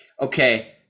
okay